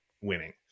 winning